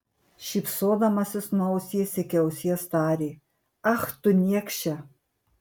šypsodamasis nuo ausies iki ausies tarė ach tu niekše